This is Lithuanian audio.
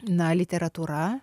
na literatūra